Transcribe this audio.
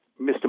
Mr